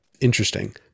interesting